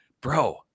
bro